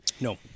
No